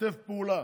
לשתף פעולה